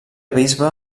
bisbe